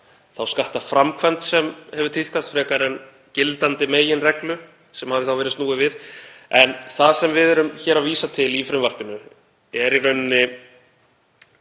þá skattaframkvæmd sem hefur tíðkast frekar en gildandi meginreglu sem hafi þá verið snúið við. En það sem við erum að vísa til í frumvarpinu er í rauninni